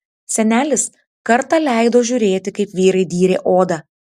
senelis kartą leido žiūrėti kaip vyrai dyrė odą